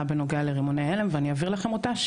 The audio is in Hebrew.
בנוגע לרימוני הלם ואני אעביר כלם אותה,